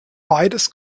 beides